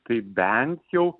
tai bent jau